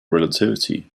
relativity